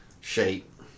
shape